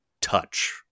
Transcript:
touch